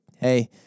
hey